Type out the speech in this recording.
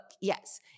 yes